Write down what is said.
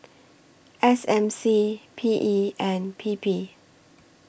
S M C P E and P P